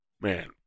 man